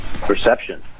perception